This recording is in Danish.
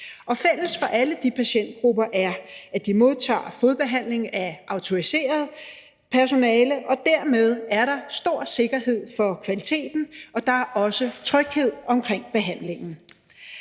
Fælles for alle de patientgrupper er, at de modtager fodbehandling af autoriseret personale, og dermed er der stor sikkerhed for kvaliteten, og der er også tryghed omkring behandlingen.